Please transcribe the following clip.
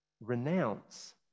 Renounce